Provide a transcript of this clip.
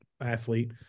athlete